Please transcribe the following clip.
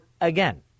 again